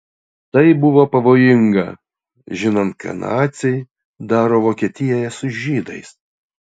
tai buvo pavojinga žinant ką naciai daro vokietijoje su žydais